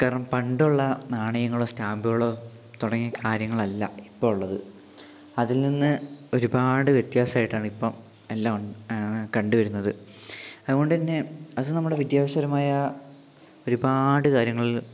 കാരണം പണ്ടുള്ള നാണയങ്ങളോ സ്റ്റാമ്പുകളോ തുടങ്ങിയ കാര്യങ്ങളല്ല ഇപ്പോഴുള്ളത് അതിൽ നിന്ന് ഒരുപാട് വ്യത്യസമായിട്ടാണ് ഇപ്പം എല്ലാം കണ്ടു വരുന്നത് അതുകൊണ്ടുതന്നെ അത് നമ്മുടെ വിദ്യാഭ്യാസപരമായ ഒരുപാട് കാര്യങ്ങളില്